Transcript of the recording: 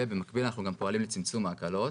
ובמקביל אנחנו גם פועלים לצמצום ההקלות,